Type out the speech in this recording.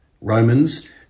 Romans